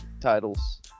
titles